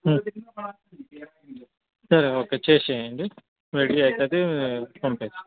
సరే ఓకే చేసెయ్యండి రెడీ అవుతుంది పంపిస్తాను